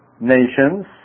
nations